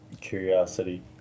Curiosity